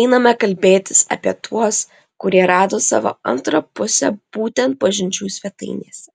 einame kalbėtis apie tuos kurie rado savo antrą pusę būtent pažinčių svetainėse